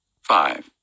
Five